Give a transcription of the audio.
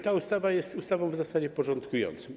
Ta ustawa jest ustawą w zasadzie porządkującą.